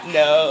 no